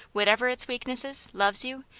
whatever its weaknesses, loves you,